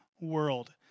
world